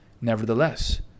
Nevertheless